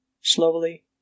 slowly